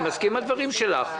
אני מסכים לדברים שלך.